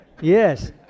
Yes